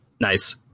Nice